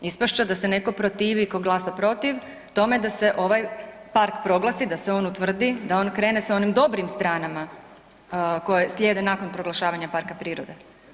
Ispast će da se netko protivi tko glasa protiv tome da se ovaj park proglasi, da se on utvrdi, da on krene sa onim dobrim stranama koje slijede nakon proglašavanja parka prirode.